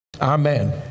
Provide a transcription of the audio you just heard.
Amen